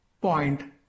point